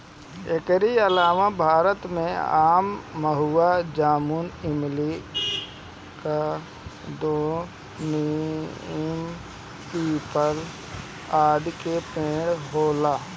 एकरी अलावा भारत में आम, महुआ, जामुन, इमली, करोंदा, नीम, पीपल, आदि के पेड़ होला